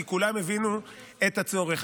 כי כולם הבינו את הצורך.